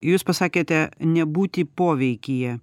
jūs pasakėte nebūti poveikyje